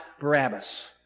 Barabbas